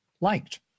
liked